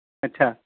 अच्छा